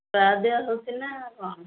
ସୁଆଦିଆ ହେଉଛି ନା କ'ଣ